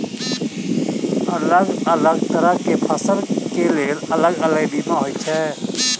अलग अलग तरह केँ फसल केँ लेल अलग अलग बीमा होइ छै?